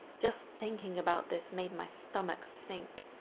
just thinking about this made my stomach sink.